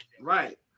Right